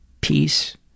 peace